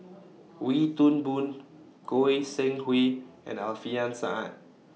Wee Toon Boon Goi Seng Hui and Alfian Sa'at